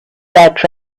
that